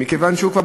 מכיוון שהוא כבר,